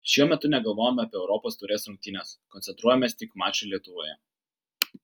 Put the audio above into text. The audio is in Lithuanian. šiuo metu negalvojame apie europos taurės rungtynes koncentruojamės tik mačui lietuvoje